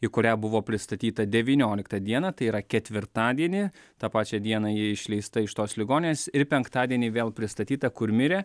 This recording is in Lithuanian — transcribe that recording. į kurią buvo pristatyta devynioliktą dieną tai yra ketvirtadienį tą pačią dieną ji išleista iš tos ligoninės ir penktadienį vėl pristatyta kur mirė